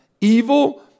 evil